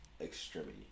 extremity